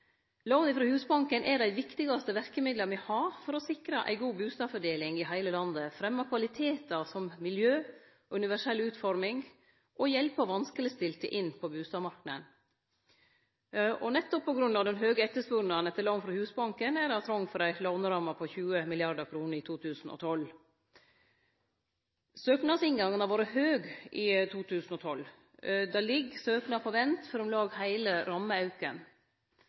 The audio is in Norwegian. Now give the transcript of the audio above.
kvalitetar. Lån frå Husbanken er dei viktigaste verkemidla vi har for å sikre ei god bustadfordeling i heile landet, fremje kvalitetar som miljø og universell utforming, og hjelpe vanskelegstilte inn på bustadmarknaden. Nettopp på grunn av den høge etterspurnaden etter lån frå Husbanken, er det trong for ei låneramme på 20 mrd. kr i 2012. Søknadsinngangen har vore høg i 2012. Det ligg søknader på vent for om lag heile rammeauken.